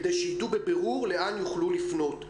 כדי שידעו בבירור לאן יוכלו לפנות.